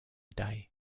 day